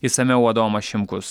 išsamiau adomas šimkus